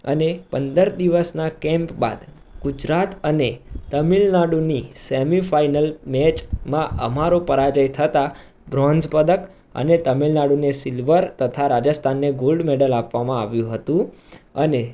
અને પંદર દિવસના કેમ્પ બાદ ગુજરાત અને તમિલનાડુની સેમીફાઇનલ મેચમાં અમારો પરાજય થતાં બ્રોંઝ પદક અને તમિલનાડુને સિલ્વર તથા રાજસ્થાનને ગોલ્ડ મેડલ આપવામાં આવ્યું હતું અને